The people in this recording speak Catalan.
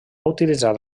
utilitzar